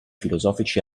filosofici